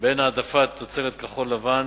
בין העדפת תוצרת כחול-לבן